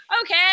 okay